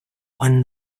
won